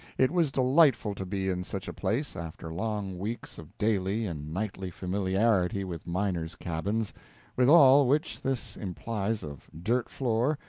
it was delightful to be in such a place, after long weeks of daily and nightly familiarity with miners' cabins with all which this implies of dirt floor,